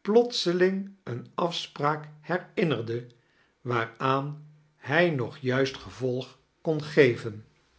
plotseling eene afspraak herinnerde waaraan hij nog juist gevolg kon geven